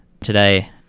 today